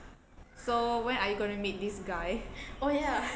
so when are you going to meet this guy